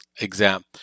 exam